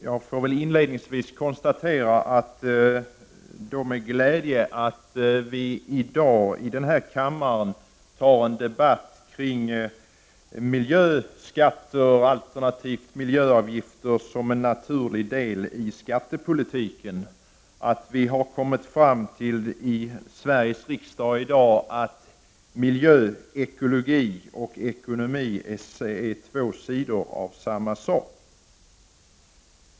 Jag kan inledningsvis med glädje konstatera att vi i dag i denna kammare tar en debatt kring miljöskatter alternativt miljöavgifter som en naturlig del i skattepolitiken, att vi i Sveriges riksdag har kommit fram till att miljö/ekologi och ekonomi är två sidor av samma sak.